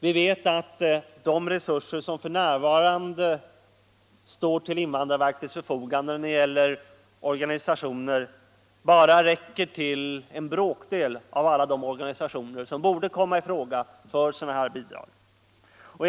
Vi vet att de resurser som f. n. står till invandrarverkets förfogande för bidrag till organisationer bara räcker till en bråkdel av alla de organisationer som borde komma i fråga.